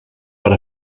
per